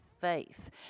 faith